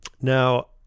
Now